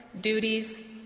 duties